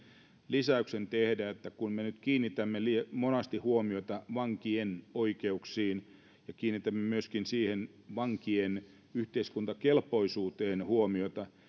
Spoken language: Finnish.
lisäyksen tehdä että kun me nyt kiinnitämme monasti huomiota vankien oikeuksiin ja kiinnitämme myöskin vankien yhteiskuntakelpoisuuteen huomiota